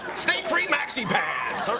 stay free maxi pads. oh.